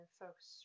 folks